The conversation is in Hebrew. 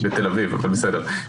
בתל אביב הכול בסדר.